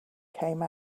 came